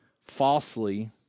falsely